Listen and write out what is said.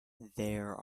there